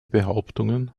behauptungen